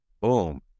boom